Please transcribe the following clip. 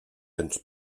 ens